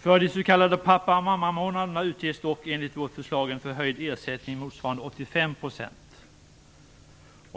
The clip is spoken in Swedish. För de s.k. pappa och mammamånaderna utges dock enligt vårt förslag en förhöjd ersättning motsvarande 85 %.